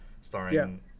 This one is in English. starring